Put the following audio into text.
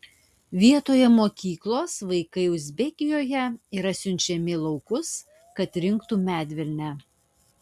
vietoje mokyklos vaikai uzbekijoje yra siunčiami į laukus kad rinktų medvilnę